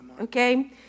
okay